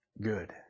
good